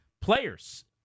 Players